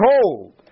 behold